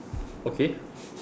okay